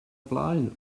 blaen